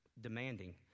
demanding